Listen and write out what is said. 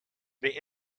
the